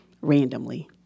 randomly